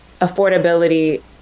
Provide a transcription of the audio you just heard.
affordability